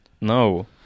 No